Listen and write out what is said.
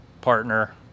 partner